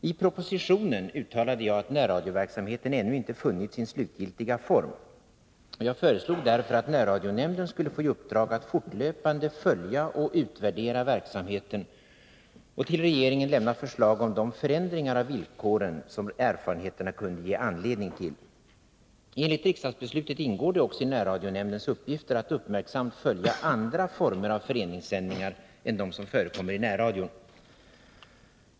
I propositionen uttalade jag att närradioverksamheten ännu inte funnit sin slutgiltiga form. Jag föreslog därför att närradionämnden skulle få i uppdrag att fortlöpande följa och utvärdera verksamheten och till regeringen lämna förslag om de förändringar av villkoren som erfarenheterna kunde ge anledning till. Enligt riksdagsbeslutet ingår det också i närradionämndens uppgifter att uppmärksamt följa andra former av föreningssändningar än de som förekommer i närradion.